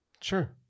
Sure